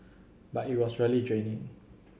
but it was really draining